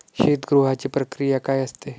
शीतगृहाची प्रक्रिया काय असते?